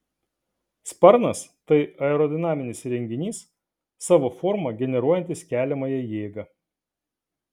sparnas tai aerodinaminis įrenginys savo forma generuojantis keliamąją jėgą